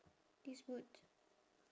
this boots